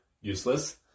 useless